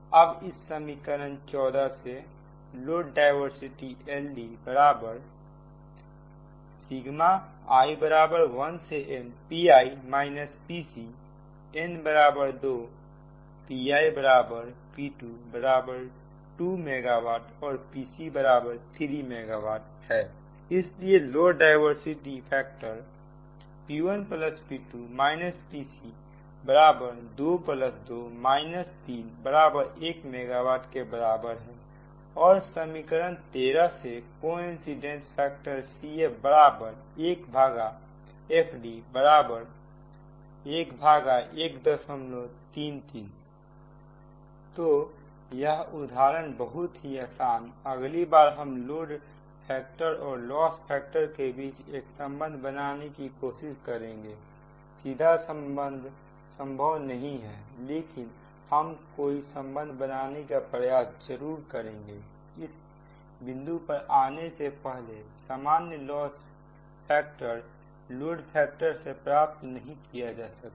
अब इस समीकरण 14 से load diversity LDi1npi pc n2 P1P22 megawatt और Pc3 मेगा वाटइसलिए load diversity factor P1P2 Pc22 31 megawatt के बराबर हैऔर समीकरण 13 से कोइंसीडेंट फैक्टर CF1FDबराबर 1133 तो यह उदाहरण बहुत ही आसान अगली बार हम लोड फैक्टर और लॉस फैक्टर के बीच एक संबंध बनाने की कोशिश करेंगे सीधा संभव नहीं है लेकिन हम कोई संबंध बनाने का प्रयास जरूर करेंगे इस बिंदु पर आने से पहले सामान्य लॉस फैक्टर लोड फैक्टर से प्राप्त नहीं किया जा सकता